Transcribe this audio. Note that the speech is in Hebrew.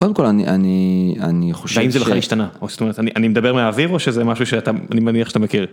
קודם כל אני אני אני חושב ש.. והאם זה בכלל השתנה? או זת'ומרת אני אני מדבר מהאוויר או שזה משהו שאתה, אני מניח שאתה מכיר?